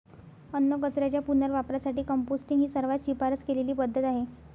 अन्नकचऱ्याच्या पुनर्वापरासाठी कंपोस्टिंग ही सर्वात शिफारस केलेली पद्धत आहे